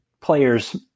player's